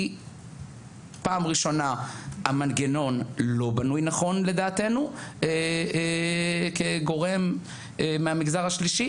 כי פעם ראשונה המנגנון לא בנוי נכון לדעתנו כגורם מהמגזר השלישי,